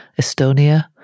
Estonia